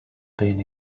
been